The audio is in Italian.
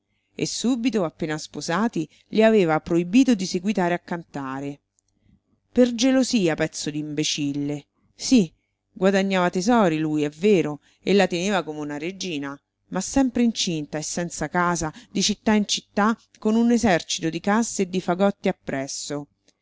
e subito appena sposati le aveva proibito di seguitare a cantare per gelosia pezzo d'imbecille sì guadagnava tesori lui è vero e la teneva come una regina ma sempre incinta e senza casa di città in città con un esercito di casse e di fagotti appresso